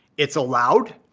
it's allowed.